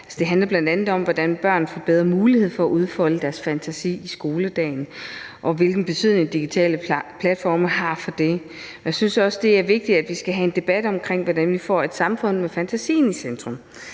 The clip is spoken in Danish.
Det handler bl.a. om, hvordan børn får bedre mulighed for at udfolde deres fantasi i skoledagen, og om, hvilken betydning digitale platforme har for det. Jeg synes også, det er vigtigt, at vi skal have en debat omkring, hvordan vi får et samfund med fantasien i centrum.